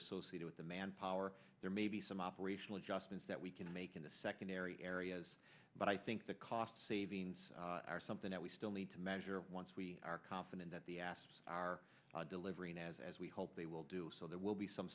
associated with the manpower there may be some operational adjustments that we can make in the secondary areas but i think the cost savings are something that we still need to measure once we are confident that the ast are delivering as as we hoped they will do so there will be some